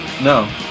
no